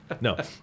No